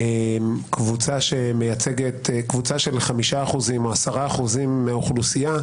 קבוצה שמייצגת קבוצה של 5% או 10% מהאוכלוסייה,